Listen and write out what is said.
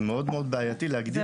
זה בעייתי מאוד להגדיר את התוספתיות.